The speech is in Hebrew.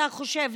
אתה חושב,